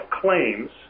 claims